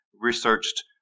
researched